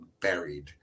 buried